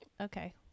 okay